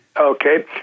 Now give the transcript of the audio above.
Okay